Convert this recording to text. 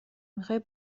میخوای